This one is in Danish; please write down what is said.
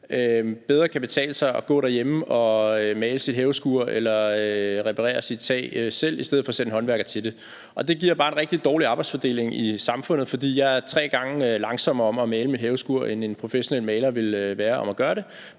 bedre kan betale sig at gå derhjemme og male sit havskur eller reparere sit tag selv i stedet for at sætte en håndværker til det. Det giver bare en rigtig dårlig arbejdsfordeling i samfundet, for jeg er tre gange længere tid om at male mit haveskur, end en professionel maler vil være, men hvis han